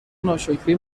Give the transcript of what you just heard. ناشکری